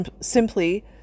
simply